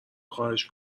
خواهش